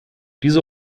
diese